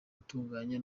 gutunganya